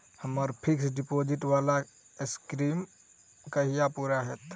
हम्मर fixed deposit वला scheme कहिया पूरा हैत?